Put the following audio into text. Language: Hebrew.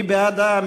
מי בעדה?